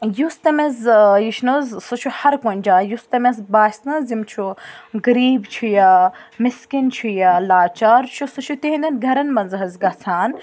یُس تٔمس یہِ چھُنہٕ حظ سُہ چھُ ہر کُنہِ جایہِ یُس تٔمِس باسہِ نہٕ حظ یِم چھُ غریٖب چھُ یا مِسکیٖن چھُ یا لاچار چھُ سُہ چھُ تِہِنٛدٮ۪ن گَرَن منٛز حظ گژھان